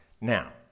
now